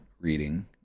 reading